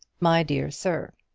my dear sir,